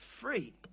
free